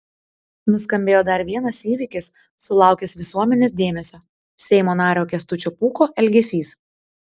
nuskambėjo dar vienas įvykis sulaukęs visuomenės dėmesio seimo nario kęstučio pūko elgesys